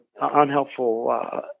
unhelpful